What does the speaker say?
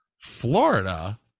Florida